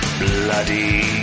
bloody